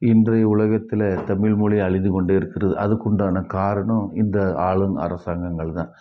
இன்றைய உலகத்தில் தமிழ் மொழி அழிந்து கொண்டே இருக்கிறது அதுக்குண்டான காரணம் இந்த ஆளும் அரசாங்கங்கள் தான்